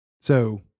So-